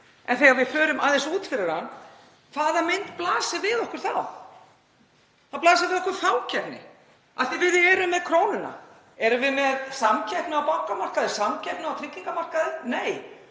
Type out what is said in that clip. En þegar við förum aðeins út fyrir hann, hvaða mynd blasir við okkur þá? Það blasir við okkur fákeppni af því að við erum með krónuna. Erum við með samkeppni á bankamarkaði, samkeppni á tryggingamarkaði? Nei,